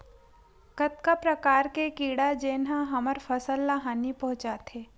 कतका प्रकार के कीड़ा जेन ह हमर फसल ल हानि पहुंचाथे?